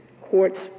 courts